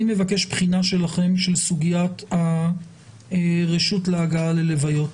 אני מבקש בחינה שלכם של סוגיית הרשות להגעה להלוויה.